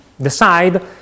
decide